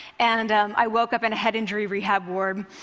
and i woke up in a head injury rehab ward,